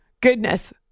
Goodness